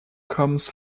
comes